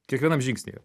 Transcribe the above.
kiekvienam žingsnyje